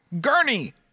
Gurney